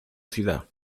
ciudad